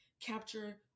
capture